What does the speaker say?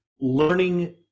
learning